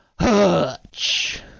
Hutch